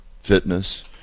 fitness